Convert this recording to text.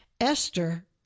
Esther